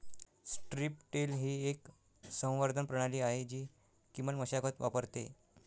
strip till ही एक संवर्धन प्रणाली आहे जी किमान मशागत वापरते